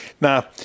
Now